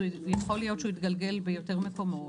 אז יכול להיות שהוא התגלגל ביותר מקומות,